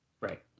Right